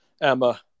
Emma